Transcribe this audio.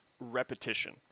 repetition